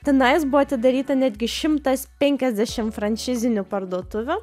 tenai jis buvo atidaryta netgi šimtas penkasdešim franšizinių parduotuvių